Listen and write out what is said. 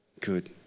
Good